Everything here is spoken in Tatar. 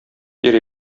йөри